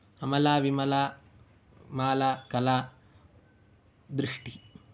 अमला विमला माला कला दृष्टिः